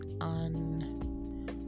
on